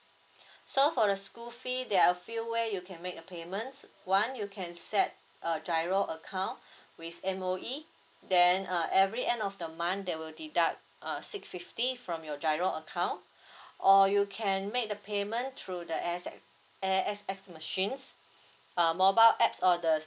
so for the school fee there are few way you can make a payment one you can set a giro account with M_O_E then err every end of the month they will deduct err six fifty from your giro account or you can make the payment through the A_X A_X_S machines err mobile apps or the